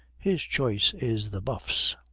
his choice is the buffs,